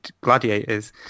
Gladiators